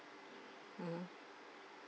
mm